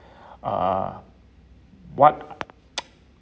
uh what